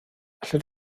allet